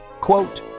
quote